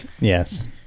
Yes